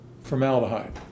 formaldehyde